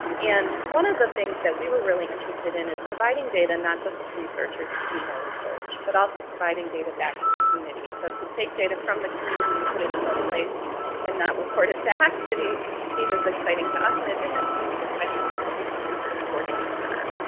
and one of the things that we were really interested in is providing data not just to researchers to do more research, but also providing data back to the community. so to take data from the community and put it in one place and not report it back didn't seem as exciting to us and it didn't seem as exciting to the healthy flint research coordinating center.